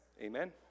Amen